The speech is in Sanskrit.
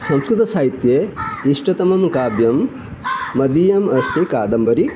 संस्कृतसाहित्ये इष्टतमं काव्यं मदीयम् अस्ति कादम्बरी